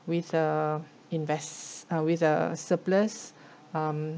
with a invest uh with a surplus um